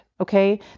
Okay